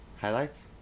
highlights